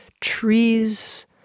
trees